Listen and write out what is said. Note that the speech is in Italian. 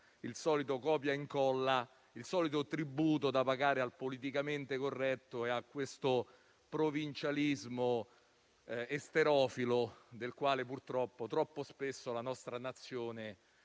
il solito copia-incolla, il solito tributo da pagare al politicamente corretto e al provincialismo esterofilo del quale purtroppo troppo spesso la nostra Nazione